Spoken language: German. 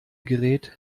gerät